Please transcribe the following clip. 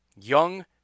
Young